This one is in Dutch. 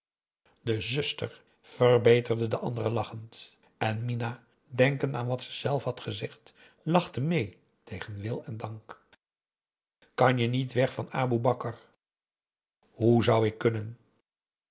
de zuster verbeterde de andere lachend en minah denkend aan wat ze zelf had gezegd lachte mee tegen wil en dank an je niet weg van aboe bakar hoe zou ik kunnen